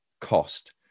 cost